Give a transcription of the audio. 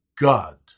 God